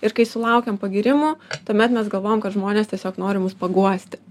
ir kai sulaukiam pagyrimų tuomet mes galvojam kad žmonės tiesiog nori mus paguosti